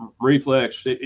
reflex